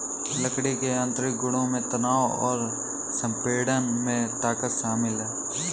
लकड़ी के यांत्रिक गुणों में तनाव और संपीड़न में ताकत शामिल है